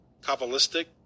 Kabbalistic